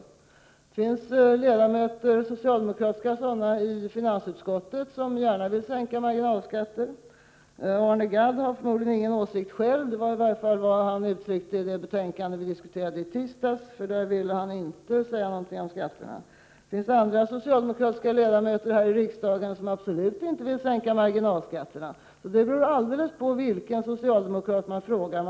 Det finns socialdemokratiska ledamöter i finansutskottet som gärna vill sänka marginalskatten. Arne Gadd har förmodligen ingen åsikt själv. Det gav han i varje fall uttryck för vad gällde det betänkande som vi diskuterade i tisdags. Där ville han inte säga någonting om skatterna. Det finns socialdemokratiska riksdagsledamöter som absolut inte vill sänka marginalskatterna. Det svar som man får beror helt på vilken socialdemokrat man frågar.